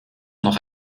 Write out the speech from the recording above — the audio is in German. noch